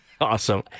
Awesome